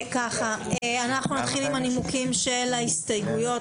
נתחיל בנימוקי ההסתייגויות.